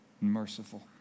merciful